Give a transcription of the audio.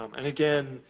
um and again,